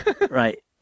right